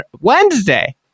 Wednesday